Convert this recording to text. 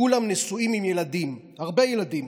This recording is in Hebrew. כולם נשואים עם ילדים, הרבה ילדים,